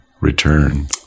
return